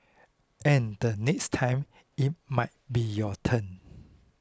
and the next time it might be your turn